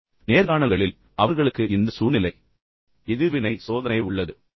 அதனால்தான் நேர்காணல்களில் அவர்களுக்கு இந்த சூழ்நிலை எதிர்வினை சோதனை உள்ளது